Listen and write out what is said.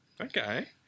Okay